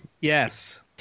Yes